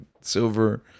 silver